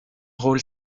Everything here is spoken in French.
rôle